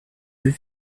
deux